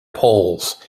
poles